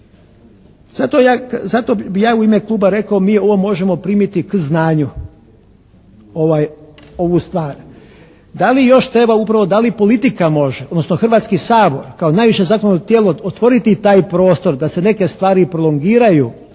Zato bi ja u ime kluba rekao mi ovo možemo primiti k znanju ovu stvar. Da li još treba upravo da li politika može, odnosno Hrvatski sabor kao najviše zakonodavno tijelo otvoriti taj prostor da se neke stvari prolongiraju